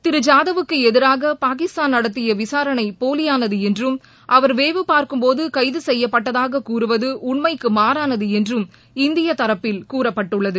திரு ஜாதவுக்கு எதிராக பாகிஸ்தான் நடத்திய விசாரணை போலியானது என்றும் அவர் வேவுபார்க்கும் போது கைது செய்ய்பபட்டதாக கூறுவது உண்ளமக்கு மாறானது என்றும் இந்திய தரப்பில் கூறப்பட்டுள்ளது